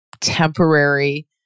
temporary